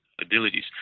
abilities